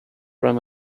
prime